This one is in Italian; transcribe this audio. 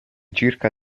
circa